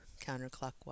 Counterclockwise